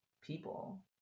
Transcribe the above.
people